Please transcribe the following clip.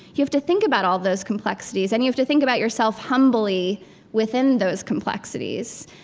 you have to think about all those complexities. and you have to think about yourself humbly within those complexities.